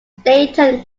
dayton